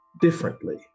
differently